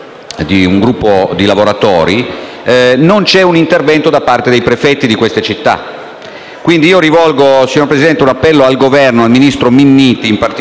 di un gruppo di lavoratori, non c'è un intervento da parte dei prefetti delle città coinvolte. Rivolgo quindi un appello al Governo, al ministro Minniti in particolare,